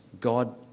god